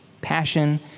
Passion